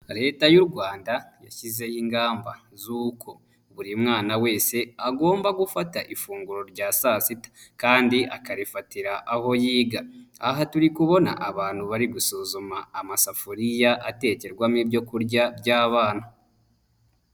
Leta y'u Rwanda yashyizeho ingamba zuko buri mwana wese agomba gufata ifunguro rya saa sita kandi akarifatira aho yiga. Aha turi kubona abantu bari gusuzuma amasafuriya atekerwamo ibyo kurya by'abana.